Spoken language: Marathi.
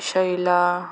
शैला